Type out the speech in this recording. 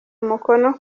umukono